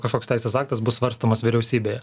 kažkoks teisės aktas bus svarstomas vyriausybėje